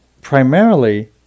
primarily